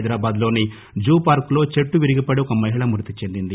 హైదరాబాద్ లోని జూ పార్కులో చెట్టు విరిగిపడి ఒక మహిళ మృతిచెందింది